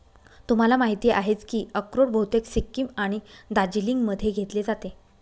तुम्हाला माहिती आहेच की अक्रोड बहुतेक सिक्कीम आणि दार्जिलिंगमध्ये घेतले जाते